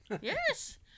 Yes